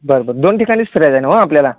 बरं बरं दोन ठिकाणीच फिरायचं आहे न्हवं आपल्याला